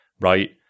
right